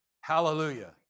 Hallelujah